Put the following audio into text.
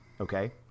Okay